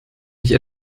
nicht